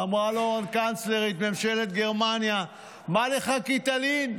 אמרה לו קנצלרית ממשלת גרמניה מה לך כי תלין?